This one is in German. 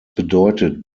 bedeutet